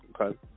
Okay